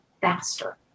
faster